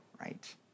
right